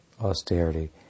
austerity